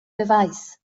beweis